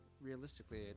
realistically